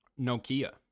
nokia